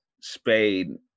Spain